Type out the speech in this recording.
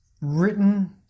written